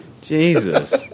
Jesus